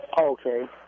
Okay